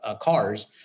cars